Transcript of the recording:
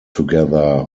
together